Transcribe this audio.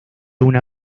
una